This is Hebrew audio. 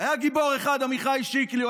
היה גיבור אחד, עמיחי שיקלי.